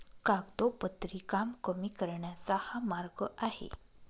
कागदोपत्री काम कमी करण्याचा हा मार्ग आहे